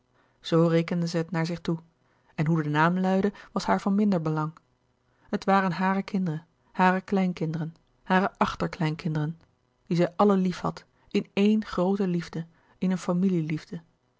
rekende zij het naar zich toe en hoe de naam luidde was haar van minder belang het waren hare kinderen hare kleinkinderen hare achterkleinkinderen die zij allen liefhad in éene groote liefde in eene